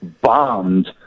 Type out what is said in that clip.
bombed